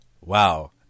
wow